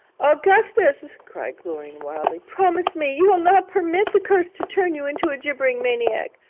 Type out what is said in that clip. augustus! cried chlorine wildly, promise me you will not permit the curse to turn you into a gibbering maniac.